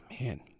man